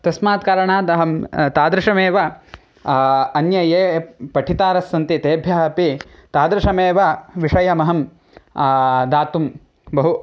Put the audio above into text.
तस्मात् कारणाद् अहं तादृशमेव अन्ये ये पठितारः सन्ति तेभ्यः अपि तादृशमेव विषयमहं दातुं बहु